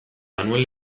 manuel